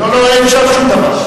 לא, אי-אפשר שום דבר.